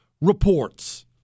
reports